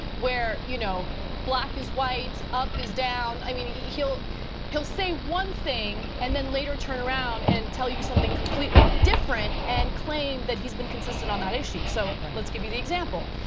where you know black is white, up is down i mean he'll he'll say one thing and then later turn around and tell you something completely different and claim that he's been consistent on that issue. so let's give you an example.